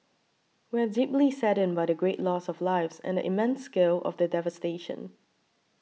we are deeply saddened by the great loss of lives and the immense scale of the devastation